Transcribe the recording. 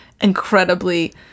incredibly